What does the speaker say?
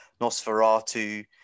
Nosferatu